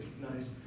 recognize